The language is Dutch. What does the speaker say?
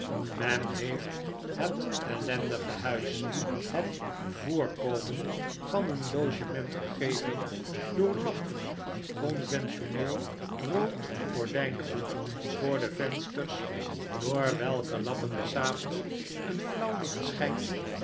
men heeft het ellendige huis hetvoorkomen van een logement gegeven doorlappenconventioneel rood gordjjngoed voor de vensters door welke lappen des avonds een flauw licht scliynt